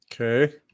Okay